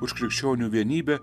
už krikščionių vienybę